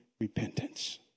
repentance